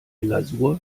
lasur